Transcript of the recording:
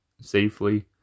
safely